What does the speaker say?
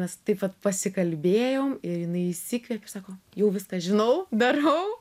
mes taip vat pasikalbėjom ir jinai įsikvėpė sako jau viską žinau darau